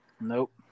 Nope